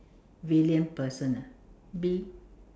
villain person ah V